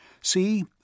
See